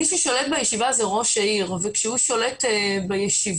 מי ששולט בישיבה זה ראש העיר וכשהוא שולט בישיבה,